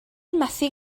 methu